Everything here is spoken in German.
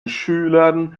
schülern